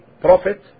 prophet